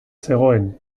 zegoen